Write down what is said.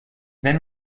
wenn